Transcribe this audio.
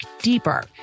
deeper